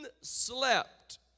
slept